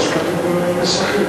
אדוני השר,